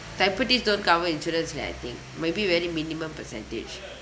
diabetes don't cover insurance leh I think maybe very minimum percentage